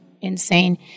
insane